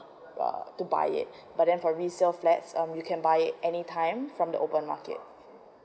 uh what to buy it but then for resale flats um you can buy it anytime from the open market